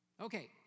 Okay